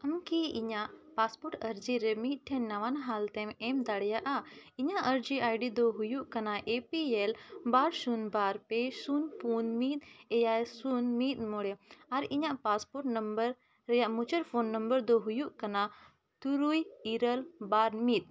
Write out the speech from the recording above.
ᱟᱢ ᱠᱤ ᱤᱧᱟᱹᱜ ᱟᱨᱡᱤ ᱨᱮ ᱢᱤᱫᱴᱷᱮᱱ ᱱᱟᱣᱟᱱ ᱦᱟᱞᱛᱮᱢ ᱮᱢ ᱫᱟᱲᱮᱭᱟᱜᱼᱟ ᱤᱧᱟᱹᱜ ᱟᱨᱡᱤ ᱫᱚ ᱦᱩᱭᱩᱜ ᱠᱟᱱᱟ ᱮ ᱯᱤ ᱮᱞ ᱵᱟᱨ ᱥᱩᱱ ᱵᱟᱨ ᱯᱮ ᱥᱩᱱ ᱢᱤᱫ ᱮᱭᱟᱭ ᱥᱩᱱ ᱢᱤᱫ ᱢᱚᱬᱮ ᱟᱨ ᱤᱧᱟᱹᱜ ᱨᱮᱭᱟᱜ ᱢᱩᱪᱟᱹᱫ ᱯᱳᱱ ᱫᱚ ᱦᱩᱭᱩᱜ ᱠᱟᱱᱟ ᱛᱩᱨᱩᱭ ᱤᱨᱟᱹᱞ ᱵᱟᱨ ᱢᱤᱫ